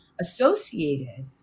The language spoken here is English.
associated